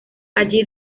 allí